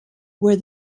where